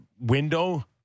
window